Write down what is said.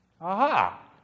Aha